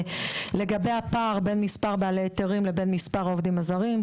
לגבי הפער בין מספר בעלי היתרים לבין מספר העובדים הזרים,